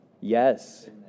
Yes